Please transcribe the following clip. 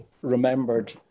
remembered